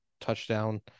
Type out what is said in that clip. touchdown